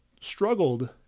struggled